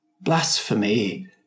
blasphemy